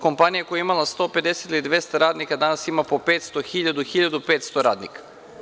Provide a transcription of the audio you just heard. Kompanija koja je imala 150 ili 200 radnika danas ima pod 500, 1000, 1500 radnika.